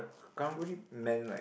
karang guni man like